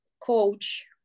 coach